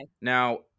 Now